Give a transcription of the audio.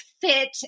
fit